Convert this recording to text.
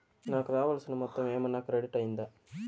నాకు రావాల్సిన మొత్తము ఏమన్నా క్రెడిట్ అయ్యిందా